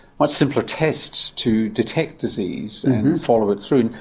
much simpler tests to detect disease and follow it through,